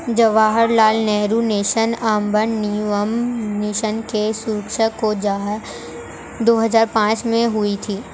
Jawaharlal Nehru national urban renewal mission की शुरुआत दो हज़ार पांच में हुई थी